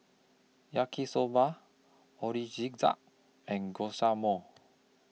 Yaki Soba and